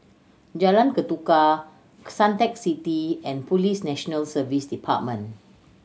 Jalan Ketuka Suntec City and Police National Service Department